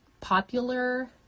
popular